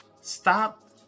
stop